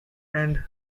and